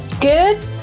good